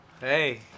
Hey